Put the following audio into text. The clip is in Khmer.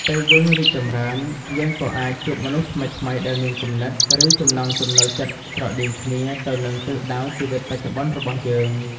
ពេលយើងរីកចម្រើន យើងក៏អាចជួបមនុស្សថ្មីៗដែលមានគំនិត ឬចំណង់ចំណូលចិត្តស្រដៀងគ្នាទៅនឹងទិសដៅជីវិតបច្ចុប្បន្នរបស់យើង។